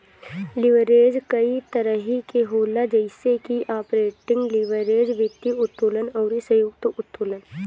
leverage कई तरही के होला जइसे की आपरेटिंग लीवरेज, वित्तीय उत्तोलन अउरी संयुक्त उत्तोलन